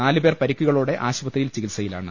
നാലുപ്പേർ പരിക്കുകളോടെ ആശുപത്രിയിൽ ചികിത്സയിലാണ്